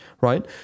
right